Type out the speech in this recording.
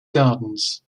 gardens